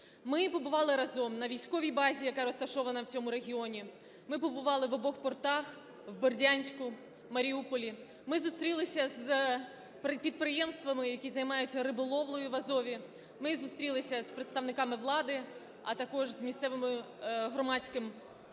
Ми побували разом на військовій базі, яка розташована в цьому регіоні, ми побували в обох портах: в Бердянську, Маріуполі. Ми зустрілися з підприємствами, які займаються риболовлею в Азові. Ми зустрілися з представниками влади, а також з місцевим громадським